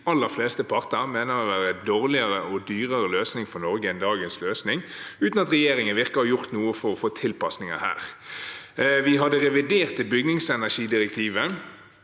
de aller fleste parter mener er en dårligere og dyrere løsning for Norge enn dagens løsning, uten at regjeringen virker å ha gjort noe for å få tilpasninger. Vi har det reviderte bygningsenergidirektivet,